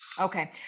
Okay